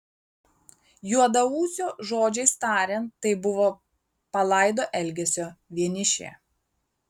juodaūsio žodžiais tariant tai buvo palaido elgesio vienišė